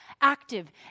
active